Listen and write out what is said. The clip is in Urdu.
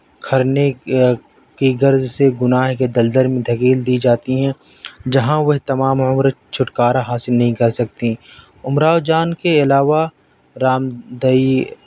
کھرنے کی غرض سے گناہ کے دلدل میں دھکیل دی جاتی ہیں جہاں وہ تمام عمر چھٹکارہ حاصل نہیں کر سکتی امراؤ جان کے علاوہ رام دئی